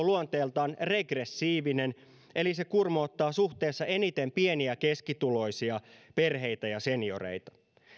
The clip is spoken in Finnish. luonteeltaan regressiivinen eli se kurmottaa suhteessa eniten pieni ja keskituloisia perheitä ja senioreita